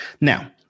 now